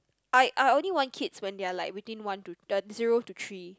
I I only want kids when they are like between one to ten zero to three